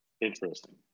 Interesting